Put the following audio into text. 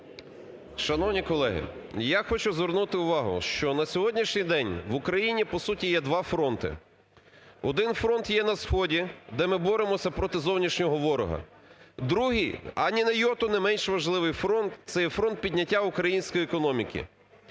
Шановні колеги, я хочу звернути увагу, що на сьогоднішній день в Україні по суті є два фронти. Один фронт є на сході, де ми боремося проти зовнішнього ворога, другий – а ні на йоту не менш важливий фронт, це є фронт підняття української економіки.